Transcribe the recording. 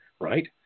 Right